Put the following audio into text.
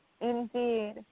Indeed